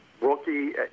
rookie